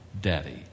Daddy